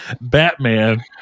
Batman